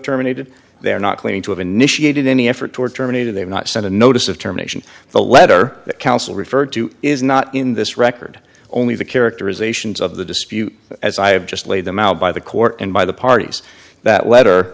terminated they are not claiming to have initiated any effort toward terminated they have not sent a notice of terminations the letter that counsel referred to is not in this record only the characterizations of the dispute as i have just laid them out by the court and by the parties that letter